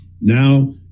Now